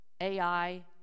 Ai